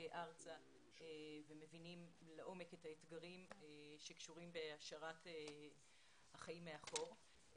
ארצה ומבינים לעומק את האתגרים קשורים בהשארת החיים מאחור.